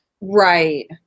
Right